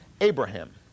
Abraham